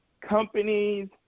companies